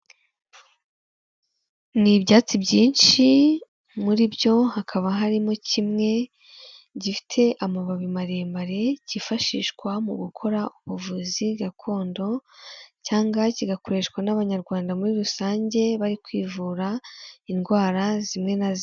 Ni ibyatsi byinshi, muri byo hakaba harimo kimwe gifite amababi maremare, kifashishwa mu gukora ubuvuzi gakondo cyangwa kigakoreshwa n'abanyarwanda muri rusange, bari kwivura indwara zimwe na zimwe.